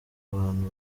abantu